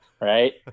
Right